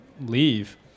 leave